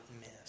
miss